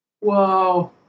Whoa